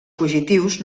fugitius